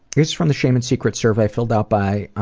here's from the shame and secrets survey filled out by